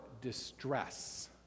distress